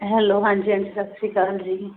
hello ਹਾਂਜੀ aunty ਸਤਿ ਸ਼੍ਰੀ ਅਕਾਲ ਜੀ